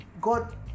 God